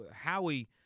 Howie –